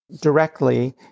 directly